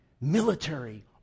military